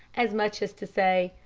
as much as to say,